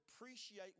appreciate